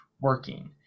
working